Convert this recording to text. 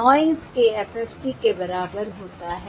noise के FFT के बराबर होता है